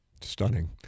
Stunning